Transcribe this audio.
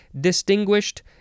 Distinguished